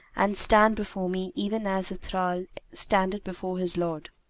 and stand before me even as the thrall standeth before his lord.